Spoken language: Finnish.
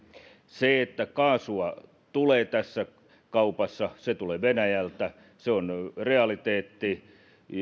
se että kaasua tulee tässä kaupassa ja se tulee venäjältä on realiteetti